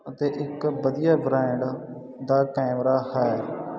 ਅਤੇ ਇੱਕ ਵਧੀਆ ਬ੍ਰਾਂਡ ਦਾ ਕੈਮਰਾ ਹੈ